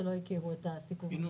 שלא הכירו את הסיפור?